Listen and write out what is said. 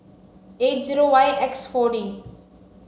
eight zero Y X four D